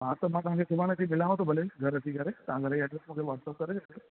हा त मां तव्हांखे सुभाणे अची मिलांव थो भले घरि अची करे तव्हां घर जी एड्रेस मूंखे वॉट्सअप करे छॾिजो